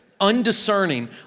undiscerning